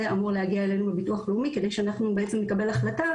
אמור להגיע אלינו לביטוח לאומי כדי שאנחנו בעצם נקבל החלטה